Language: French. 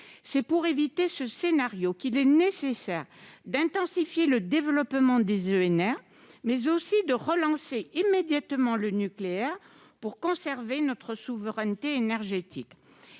C'est pour éviter ce scénario qu'il est nécessaire d'intensifier le développement des EnR, mais également de relancer immédiatement le nucléaire, afin de conserver notre souveraineté énergétique.